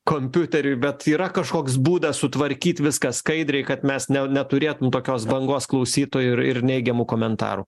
kompiuteriui bet yra kažkoks būdas sutvarkyti viską skaidriai kad mes ne neturėtum tokios bangos klausytojų ir ir neigiamų komentarų